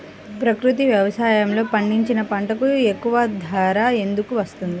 ప్రకృతి వ్యవసాయములో పండించిన పంటలకు ఎక్కువ ధర ఎందుకు వస్తుంది?